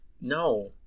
No